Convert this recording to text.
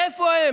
איפה הם?